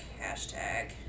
Hashtag